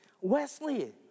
Wesley